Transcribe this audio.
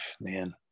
Man